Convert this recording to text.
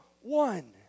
one